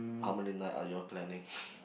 how many night are you all planning